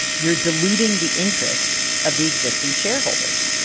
you're diluting the interest of the existing shareholders.